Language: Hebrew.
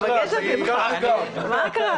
הכול